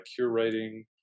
curating